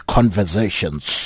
Conversations